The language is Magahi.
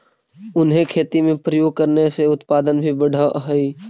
उन्हें खेती में प्रयोग करने से उत्पादन भी बढ़अ हई